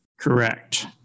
Correct